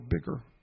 bigger